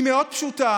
היא מאוד פשוטה,